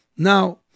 Now